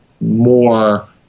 More